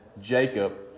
Jacob